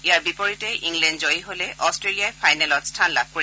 ইয়াৰ বিপৰীতে ইংলেণ্ড জয়ী হলে অট্ৰেলিয়াই ফাইনেলত স্থান লাভ কৰিব